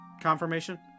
confirmation